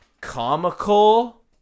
comical